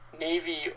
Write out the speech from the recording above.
navy